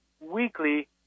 weekly